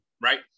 right